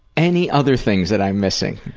any other things that i'm missing?